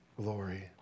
glory